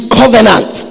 covenant